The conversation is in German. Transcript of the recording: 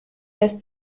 lässt